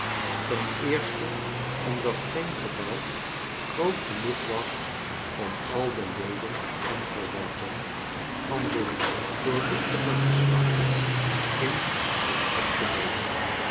ten eerste omdat geen gebouw groot genoeg was om al de leden en verwanten van dit dcorluchtire geslacht in zich op te nemen